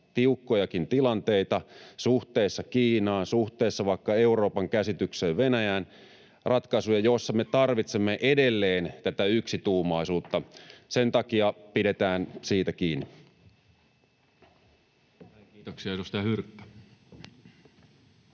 tiukkojakin tilanteita suhteessa Kiinaan tai suhteessa vaikka Euroopan käsitykseen Venäjästä, ja niissä ratkaisuissa me tarvitsemme edelleen tätä yksituumaisuutta — sen takia pidetään siitä kiinni. [Speech 83] Speaker: